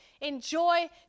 Enjoy